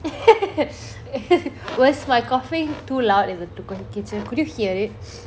was my coughing too loud in the கேட்டுச்சா :keatucha could you hear it